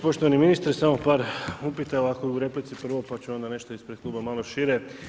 Poštovani ministre, samo par upita ovako u replici prvo, pa ću onda nešto ispred kluba malo šire.